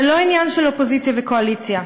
זה לא עניין של אופוזיציה וקואליציה.